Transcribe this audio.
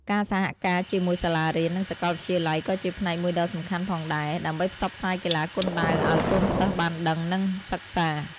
ការសហការជាមួយសាលារៀន និងសកលវិទ្យាល័យក៏ជាផ្នែកមួយដ៏សំខាន់ផងដែរ ដើម្បីផ្សព្វផ្សាយកីឡាគុនដាវអោយកូនសិស្សបានដឹង និងសិក្សា។